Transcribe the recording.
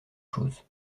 chose